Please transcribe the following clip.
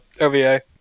OVA